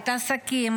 את העסקים,